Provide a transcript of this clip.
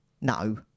No